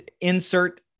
insert